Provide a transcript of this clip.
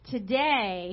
Today